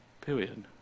Period